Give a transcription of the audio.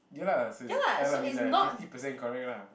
ya lah so it's means I fifty percent correct lah